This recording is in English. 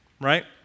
right